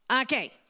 Okay